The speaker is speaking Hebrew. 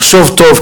לחשוב טוב,